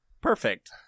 Perfect